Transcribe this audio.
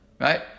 right